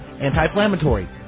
anti-inflammatory